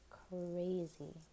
crazy